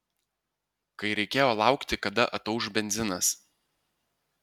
kai reikėjo laukti kada atauš benzinas